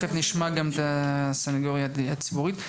תכף נשמע את הסנגוריה הציבורית.